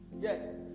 yes